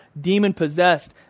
demon-possessed